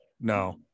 No